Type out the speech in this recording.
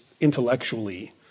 intellectually